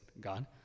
God